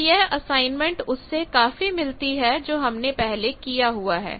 तो यह असाइनमेंट उससे काफी मिलती है जो हमने पहले किया हुआ है